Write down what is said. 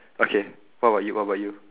okay what about you what about you